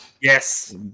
Yes